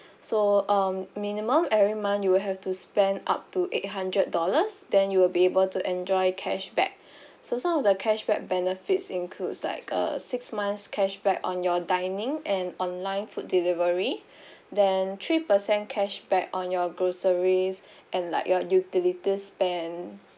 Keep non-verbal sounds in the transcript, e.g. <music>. so um minimum every month you have to spend up to eight hundred dollars then you will be able to enjoy cashback <breath> so some of the cashback benefits includes like a six months cashback on your dining and online food delivery <breath> then three percent cashback on your groceries <breath> and like your utilities spend